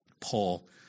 Paul